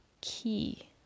key